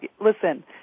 listen